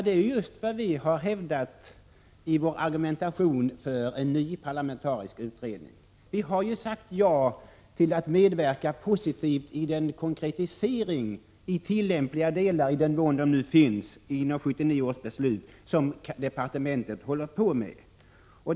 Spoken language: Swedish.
Det är just vad vi har hävdat i vår argumentation för en parlamentarisk utredning. Vi har ju sagt ja till att medverka positivt i den konkretisering i tillämpliga delar, i den mån de nu finns, av 1979 års beslut som departementet håller på med.